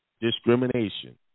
Discrimination